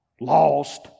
lost